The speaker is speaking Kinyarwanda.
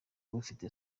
bufitwe